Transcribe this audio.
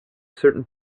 certain